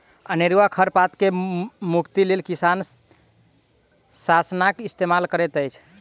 अनेरुआ खर पात सॅ मुक्तिक लेल किसान शाकनाशक इस्तेमाल करैत अछि